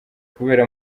kubera